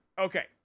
Okay